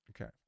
Okay